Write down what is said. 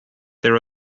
there